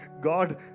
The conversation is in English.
God